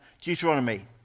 Deuteronomy